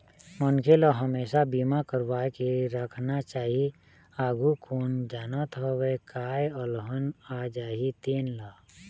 मनखे ल हमेसा बीमा करवा के राखना चाही, आघु कोन जानत हवय काय अलहन आ जाही तेन ला